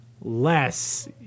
less